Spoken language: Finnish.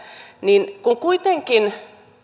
niin